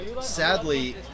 Sadly